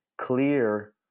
clear